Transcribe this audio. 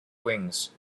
wings